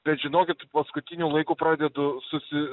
bet žinokit paskutiniu laiku pradedu susi